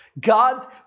God's